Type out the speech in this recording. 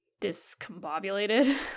discombobulated